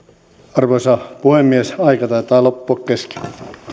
arvoisa puhemies aika taitaa loppua kesken